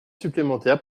supplémentaire